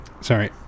Sorry